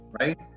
right